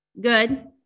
Good